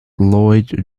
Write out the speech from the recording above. lloyd